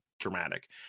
dramatic